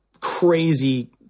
crazy